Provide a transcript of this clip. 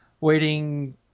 waiting